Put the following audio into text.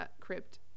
crypt